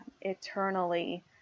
eternally